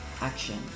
action